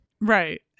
Right